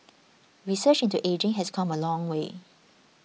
research into ageing has come a long way